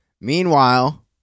Meanwhile